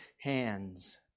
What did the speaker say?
hands